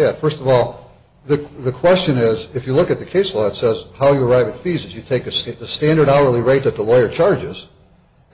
that first of all the the question is if you look at the case let's says how you write a thesis you take a seat the standard hourly rate that the lawyer charges